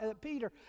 Peter